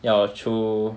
要出